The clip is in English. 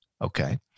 Okay